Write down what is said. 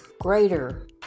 greater